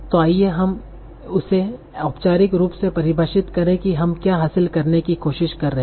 तो आइए हम इसे औपचारिक रूप से परिभाषित करें कि हम क्या हासिल करने की कोशिश कर रहे हैं